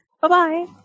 Bye-bye